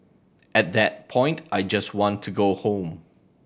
at that point I just want to go home